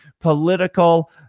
political